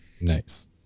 Nice